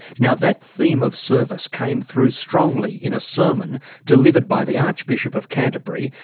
now that theme of service came through strongly in a sermon delivered by the archbishop of canterbury,